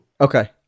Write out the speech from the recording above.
Okay